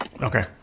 okay